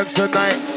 tonight